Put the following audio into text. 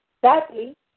Sadly